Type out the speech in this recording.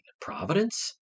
Providence